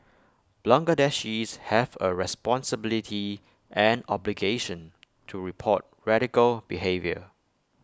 Bangladeshis have A responsibility and obligation to report radical behaviour